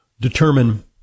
determine